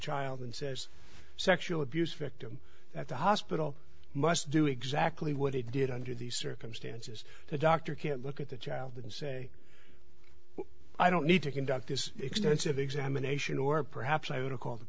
child and says sexual abuse victim at the hospital must do exactly what he did under these circumstances the doctor can look at the child and say i don't need to conduct this extensive examination or perhaps i would've called the